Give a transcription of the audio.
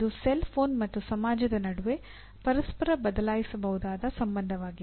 ಇದು cell phone ಮತ್ತು ಸಮಾಜದ ನಡುವೆ ಪರಸ್ಪರ ಬದಲಾಯಿಸಬಹುದಾದ ಸಂಬಂಧವಾಗಿದೆ